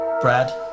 Brad